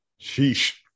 sheesh